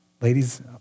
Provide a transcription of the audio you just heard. Ladies